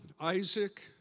Isaac